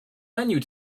menu